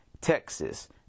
Texas